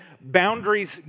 boundaries